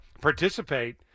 participate